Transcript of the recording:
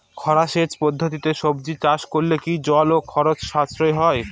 খরা সেচ পদ্ধতিতে সবজি চাষ করলে কি জল ও খরচ সাশ্রয় হয়?